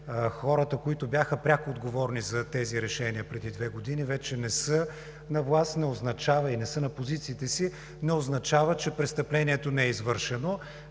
хората, които бяха пряко отговорни за тези решения преди две години, вече не са на власт и не са на позициите си, не означава, че престъплението не е извършено